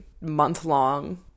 month-long